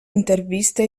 interviste